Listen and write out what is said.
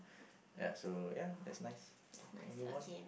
ya so ya that's nice K move on